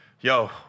yo